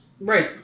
Right